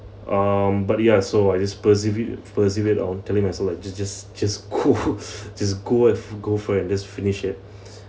um but ya so I just perceive it perceive it on telling myself like just just to go go for it and just finish it